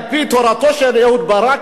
על-פי תורתו של אהוד ברק,